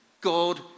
God